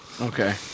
okay